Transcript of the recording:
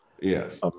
Yes